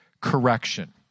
correction